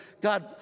God